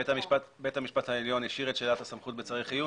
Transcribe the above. בית המשפט העליון השאיר את שאלת הסמכות בצריך עיון,